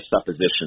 supposition